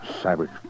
Savage